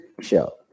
show